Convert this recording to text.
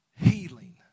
Healing